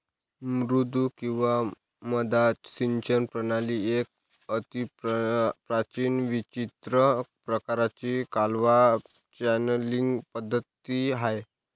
मुद्दू किंवा मद्दा सिंचन प्रणाली एक अतिप्राचीन विचित्र प्रकाराची कालवा चॅनलींग पद्धती आहे